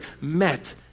met